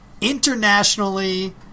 internationally